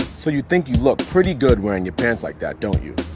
so you think you look pretty good wearing your pants like that, don't you?